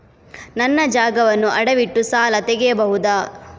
ನನ್ನ ಜಾಗವನ್ನು ಅಡವಿಟ್ಟು ಸಾಲ ತೆಗೆಯಬಹುದ?